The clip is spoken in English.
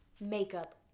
makeup